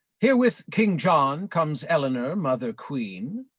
here, with king john, comes eleanor, mother queen,